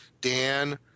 Dan